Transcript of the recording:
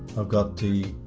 i've got the